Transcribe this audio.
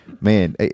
man